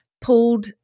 pulled